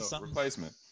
replacement